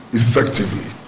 effectively